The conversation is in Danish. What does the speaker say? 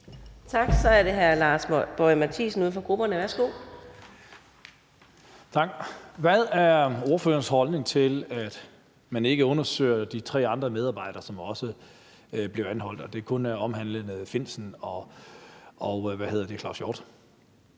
Hvad er ordførerens holdning til, at man ikke undersøger de tre andre medarbejdere, som også blev anholdt, og at det kun drejer sig om Findsen og Claus Hjort